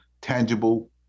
tangible